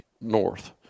North